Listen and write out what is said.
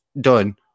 done